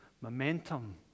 Momentum